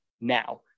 now